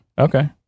Okay